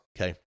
okay